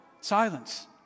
Silence